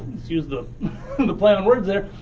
excuse the the play on words there,